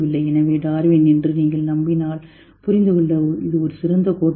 எனவே டார்வின் என்று நீங்கள் நம்பினால் புரிந்து கொள்ள இது ஒரு சிறந்த கோட்பாடு